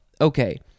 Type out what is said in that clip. Okay